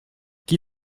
qui